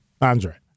Andre